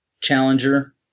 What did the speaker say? Challenger